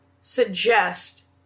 suggest